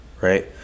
right